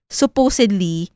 supposedly